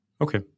Okay